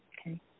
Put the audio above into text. okay